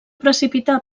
precipitar